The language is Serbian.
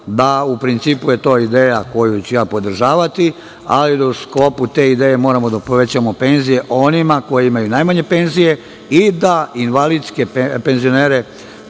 to, u principu, ideja koju ću podržavati, ali u sklopu te ideje moramo da povećamo penzije onima koji imaju najmanje penzije i da invalidske penzionere